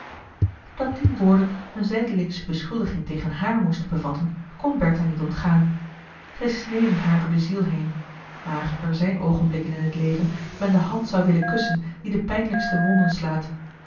dat die woorden een zijdelingsche beschuldiging tegen haar moesten bevatten kon bertha niet ontgaan zij sneden haar door de ziel heen maar er zijn oogenblikken in het leven dat men de hand zou willen kussen die de pijnlijkste wonden slaat